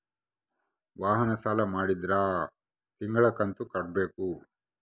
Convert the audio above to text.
ವಾಹನ ಸಾಲ ಮಾಡಿದ್ರಾ ತಿಂಗಳ ಕಂತು ಕಟ್ಬೇಕು